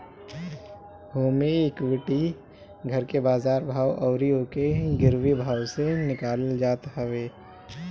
होमे equity घर के बाजार भाव अउरी ओके गिरवी भाव से निकालल जात हवे